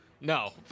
No